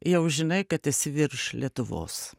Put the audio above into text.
jau žinai kad esi virš lietuvos